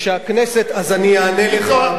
אדוני היושב-ראש, אני אענה לך.